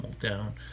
down